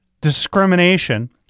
discrimination